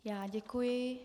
Já děkuji.